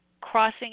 crossing